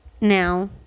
now